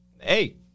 hey